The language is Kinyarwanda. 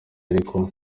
ariko